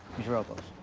use your elbows.